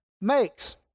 makes